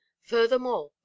furthermore